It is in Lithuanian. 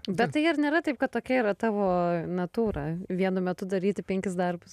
bet tai ar nėra taip kad tokia yra tavo natūra vienu metu daryti penkis darbus